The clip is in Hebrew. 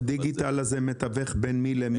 הדיגיטל הזה מתווך בין מי למי?